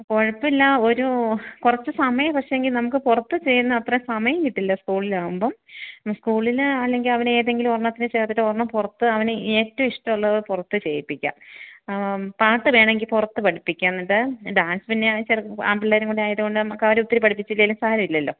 കുഴപ്പം ഇല്ല ഒരു കുറച്ച് സമയം പക്ഷേ എങ്കിൽ നമുക്ക് പുറത്ത് ചെയ്യുന്ന അത്ര സമയം കിട്ടില്ല സ്കൂളിൽ ആകുമ്പോൾ സ്കൂളിൽ അല്ലെങ്കിൽ അവിടെ ഏതെങ്കിലും ഒരെണ്ണത്തിൽ ചേർത്തിട്ട് ഒരെണ്ണം പുറത്ത് അവന് ഏറ്റവും ഇഷ്ടമുള്ളത് പുറത്ത് ചെയ്യിപ്പിക്കുക പാട്ട് വേണമെങ്കിൽ പുറത്ത് പഠിപ്പിക്കുക എന്നിട്ട് ഡാൻസ് പിന്നേ ആ ചെറുക്കൻ ആൺ പിള്ളേരും കൂടെ ആയത്കൊണ്ട് നമുക്ക് അവരെ ഒത്തിരി പഠിപ്പിച്ചില്ലേലും സാരമില്ലല്ലൊ